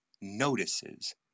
notices